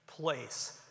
Place